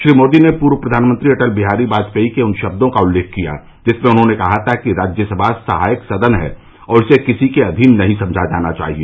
श्री मोदी ने पूर्व प्रधानमंत्री अटल बिहारी वाजपेयी के उन शब्दों का उल्लेख किया जिसमें उन्होंने कहा था कि राज्यसभा सहायक सदन है और इसे किसी के अवीन नहीं समझा जाना चाहिए